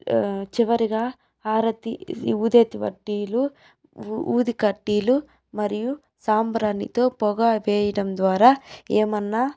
చివరిగా హారతి ఊదతిబట్టీలు ఊ ఊది కట్టీలు మరియు సాంబ్రాణితో పొగ వేయటం ద్వారా ఏమన్నా